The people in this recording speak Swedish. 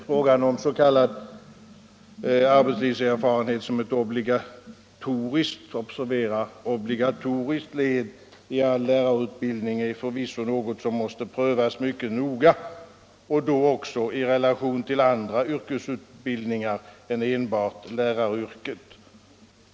Frågan om s.k. arbetslivserfarenhet för ett obligatoriskt — observera: obligatoriskt — led i all lärarutbildning är förvisso något som måste prövas mycket noga och då också i relation till andra yrkesutbildningar än enbart läraryrket.